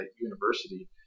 University